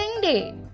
Day